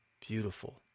beautiful